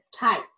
type